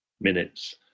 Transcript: minutes